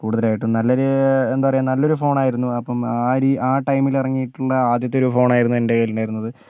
കൂടുതലായിട്ടും നല്ലൊരു എന്താ പറയുക നല്ലൊരു ഫോണായിരുന്നു അപ്പം ആ ഒരു ടൈമിൽ ഇറങ്ങിയിട്ടുള്ള ആദ്യത്തെ ഒരു ഫോൺ ആയിരുന്നു എൻ്റെ കയ്യിലുണ്ടായിരുന്നത്